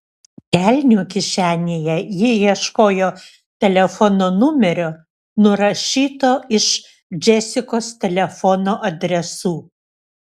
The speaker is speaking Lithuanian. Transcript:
kelnių kišenėje ji ieškojo telefono numerio nurašyto iš džesikos telefono adresų